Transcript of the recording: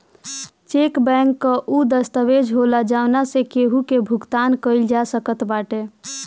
check bank कअ उ दस्तावेज होला जवना से केहू के भुगतान कईल जा सकत बाटे